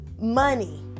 money